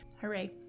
Hooray